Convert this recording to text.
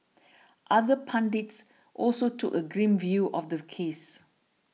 other pundits also took a grim view of the case